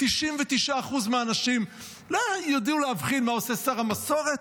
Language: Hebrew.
99% מהאנשים לא ידעו להבחין מה עושה שר המסורת,